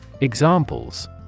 Examples